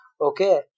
okay